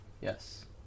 yes